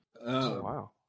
Wow